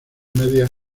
medias